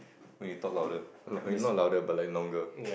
when you talk louder I mean not louder but like longer